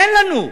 אין לנו.